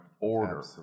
order